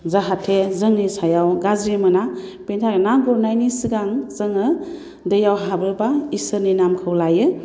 जाहाथे जोंनि सायाव गाज्रि मोना बिनि थाखायनो ना गुरनायनि सिगां जोङो दैआव हाबोबा इसोरनि नामखौ लायो